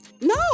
no